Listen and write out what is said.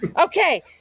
okay